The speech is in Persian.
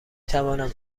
توانم